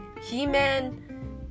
He-Man